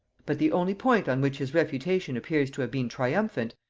but the only point on which his refutation appears to have been triumphant,